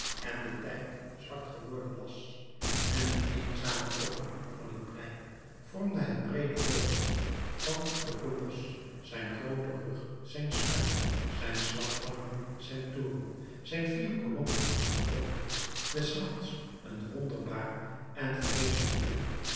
en den tijd zwart geworden was in dien eenzamen open hoek van het plein vormden het breede hoofd van den kolos zijn groote rug zijn snuit zijn slagtanden zijn toren zijn vier kolomachtige pooten des nachts een wonderbaar en vreeselijk beeld